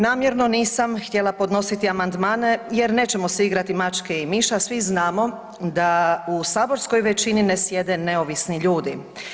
Namjerno nisam htjela podnositi amandmane jer nećemo se igrati mačke i miša, svi znamo da u saborskoj većini ne sjede neovisni ljudi.